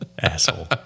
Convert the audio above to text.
Asshole